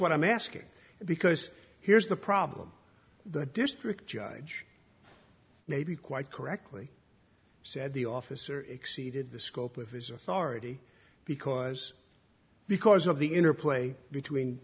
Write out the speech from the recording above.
what i'm asking because here's the problem the district judge maybe quite correctly said the officer exceeded the scope of his authority because because of the interplay between